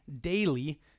daily